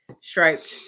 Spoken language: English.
striped